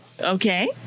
okay